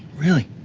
really,